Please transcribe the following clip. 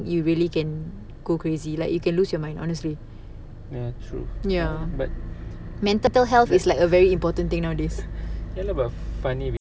you really can go crazy like you can lose your mind honestly ya mental health is like a very important thing nowadays